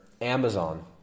Amazon